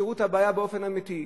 שלא יפתרו את הבעיה באופן אמיתי.